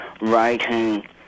writing